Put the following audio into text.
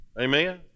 Amen